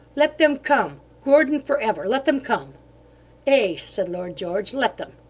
let them come! gordon for ever! let them come ay! said lord george, let them!